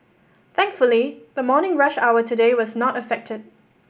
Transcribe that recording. thankfully the morning rush hour today was not affected